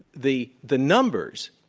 the the numbers